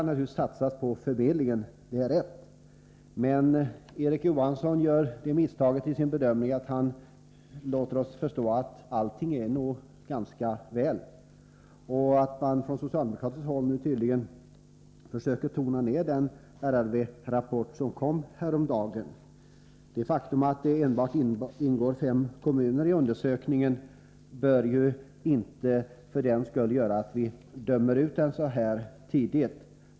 Naturligtvis skall vi satsa på förmedlingen. Det är riktigt. Men Erik Johansson gör misstaget i sin bedömning att han låter oss förstå att allting nog är ganska bra. Socialdemokraterna försöker nu tona ned den RRV-rappport som kom häromdagen. Det faktum att det enbart ingår fem kommuner i undersökningen bör ju inte i sig leda till att vi dömer ut den så här tidigt.